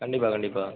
கண்டிப்பாக கண்டிப்பாக